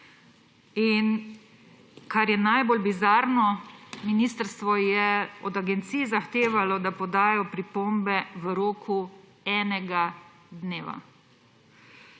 in, kar je najbolj bizarno, ministrstvo je od agencij zahtevalo, da podajo pripombe v roku enega dneva.